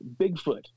Bigfoot